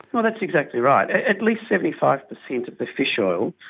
that's exactly right. at least seventy five percent of the fish oil,